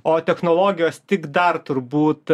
o technologijos tik dar turbūt